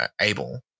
able